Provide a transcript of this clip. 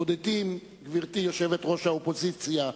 בודדים, גברתי יושבת-ראש האופוזיציה,